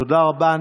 תודה רבה.